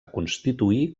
constituir